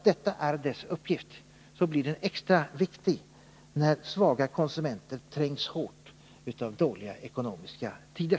Den blir extra viktig när svaga konsumenter trängs hårt i dåliga ekonomiska tider.